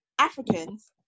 Africans